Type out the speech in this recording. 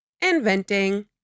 inventing